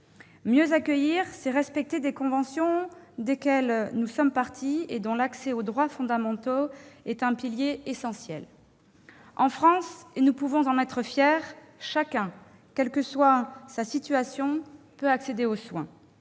Mieux accueillir, c'est respecter des conventions auxquelles la France est partie et dont l'accès aux droits fondamentaux est un pilier essentiel. En France, et nous pouvons en être fiers, chacun, quelle que soit sa situation, peut accéder aux soins.